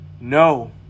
no